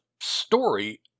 story